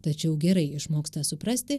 tačiau gerai išmoksta suprasti